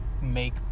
Make